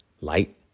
light